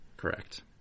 correct